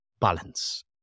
balance